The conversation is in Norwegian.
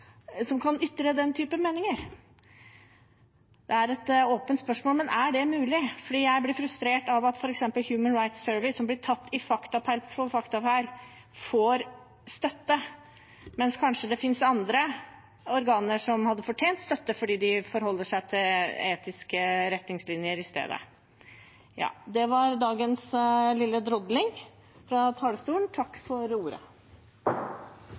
ytre den typen meninger? Det er et åpent spørsmål, men er det mulig? Jeg blir frustrert av at f.eks. Human Rights Service, som blir tatt i faktafeil på faktafeil, får støtte, mens det kanskje finnes andre organer som hadde fortjent støtte fordi de forholder seg til etiske retningslinjer i stedet. Det var dagens lille drodling fra talerstolen – takk for ordet.